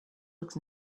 looks